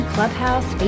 Clubhouse